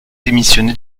démissionné